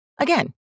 Again